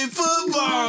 football